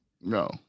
no